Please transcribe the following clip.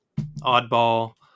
oddball